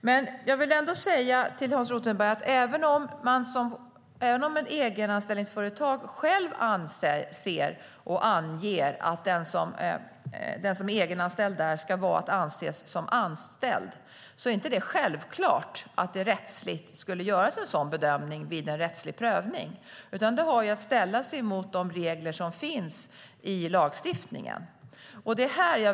Till Hans Rothenberg vill jag dock säga att även om ett egenanställningsföretag självt anger att den som är egenanställd där är att anse som anställd är det inte självklart att det skulle göras en sådan bedömning vid en rättslig prövning. Det ska ställas mot de regler som finns i lagstiftningen.